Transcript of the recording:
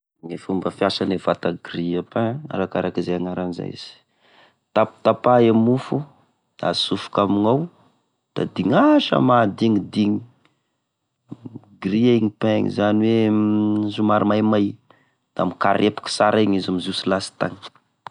Gne fomba fiasane vata grille à pain arakaraka izay agnarany zay izy, tapatapa e mofo da asofoko amignao da dignasa mahadignidigny, grillé iny pain izany oe somary maimay da mikarepoky sara iny izy mizoso lastagny.